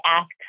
ask